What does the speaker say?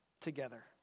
together